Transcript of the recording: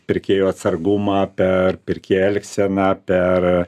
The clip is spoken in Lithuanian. pirkėjų atsargumą per pirkėjų elgseną per